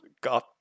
got